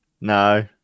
no